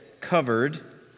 covered